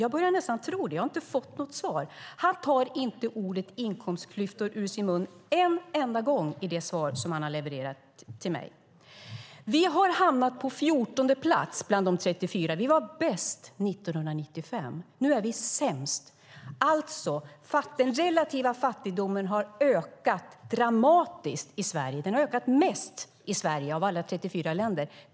Jag börjar nästan tro det; jag har inte fått något svar. Han tar inte ordet "inkomstklyftor" i sin mun en enda gång i det svar han har levererat till mig. Vi har hamnat på fjortonde plats bland de 34. Vi var bäst 1995, och nu är vi sämst. Den relativa fattigdomen har ökat dramatiskt i Sverige. Den har ökat mest i Sverige av alla 34 länder.